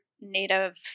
native